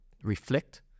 reflect